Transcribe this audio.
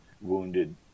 wounded